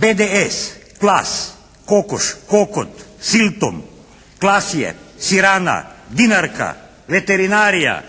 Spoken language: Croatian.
"BDS", "Klas", "Kokoš", "Kokot", "Siltom", "Klasje", "Sirana", "Dinarka", "Veterinarija",